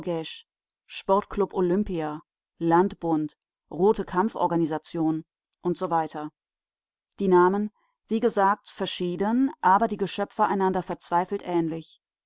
sportklub olympia landbund rote kampforganisation usw die namen wie gesagt verschieden aber die geschöpfe einander verzweifelt ähnlich